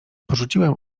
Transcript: porzuciłem